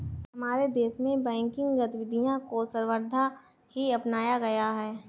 हमारे देश में बैंकिंग गतिविधियां को सर्वथा ही अपनाया गया है